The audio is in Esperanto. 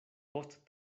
post